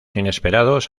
inesperados